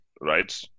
right